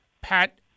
Pat